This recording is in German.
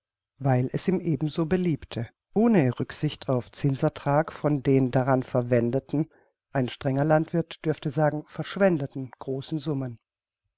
weil es ihm eben so beliebte ohne rücksicht auf zinsenertrag von den daran verwendeten ein strenger landwirth dürfte sagen verschwendeten großen summen